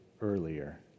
earlier